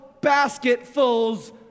basketfuls